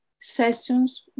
sessions